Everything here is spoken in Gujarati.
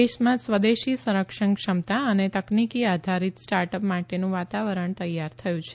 દેશમાં સ્વદેશી સંરક્ષણ ક્ષમતા અને તકનીકી આધારિત સ્ટાર્ટઅપ માટેનું વાતાવરણ તૈયાર થયું છે